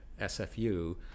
SFU